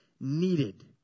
needed